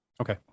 Okay